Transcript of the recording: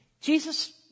Jesus